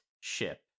ship